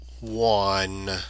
one